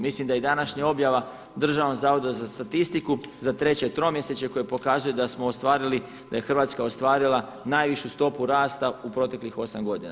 Mislim da i današnja objava Državnom zavodu za statistiku za 3. tromjesečje koje pokazuje da smo ostvarili, da je Hrvatska ostvarila najvišu stopu rasta u proteklih osam godina.